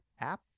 app